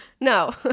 No